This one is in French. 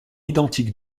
identiques